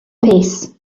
peace